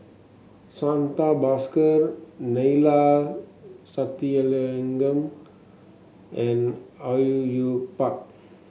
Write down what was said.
Santha Bhaskar Neila Sathyalingam and Au Yue Yue Pak